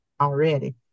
already